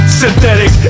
synthetic